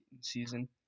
season